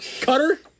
Cutter